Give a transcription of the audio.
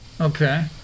Okay